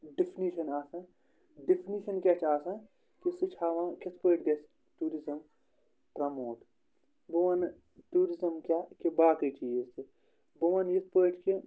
definition آسان definition کیٛاہ چھِ آسان کہِ سُہ چھِ ہاوان کِتھ پٲٹھۍ گژھِ ٹوٗرِزٕم پرٛموٹ بہٕ وَنٛنہٕ ٹوٗرِزٕم کیٛاہ کہِ باقٕے چیٖز تہِ بہٕ وَنہٕ یِتھ پٲٹھۍ کہِ